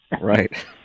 Right